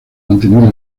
mantenido